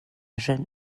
jeune